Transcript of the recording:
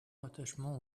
attachement